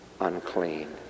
unclean